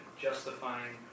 justifying